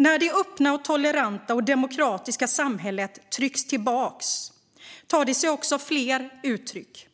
När det öppna och toleranta demokratiska samhället trycks tillbaka tar det sig fler uttryck.